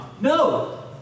No